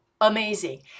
Amazing